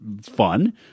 fun